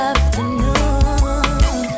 Afternoon